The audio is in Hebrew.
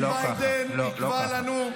כאילו שממשלת ישראל מקבלת את ההחלטות,